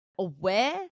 aware